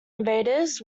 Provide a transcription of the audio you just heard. invaders